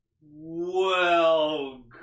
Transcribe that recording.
welcome